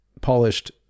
polished